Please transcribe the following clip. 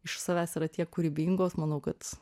iš savęs yra tiek kūrybingos manau kad